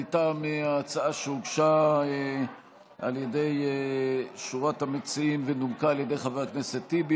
מטעם ההצעה שהוגשה על ידי שורת מציעים ונומקה על ידי חבר הכנסת טיבי,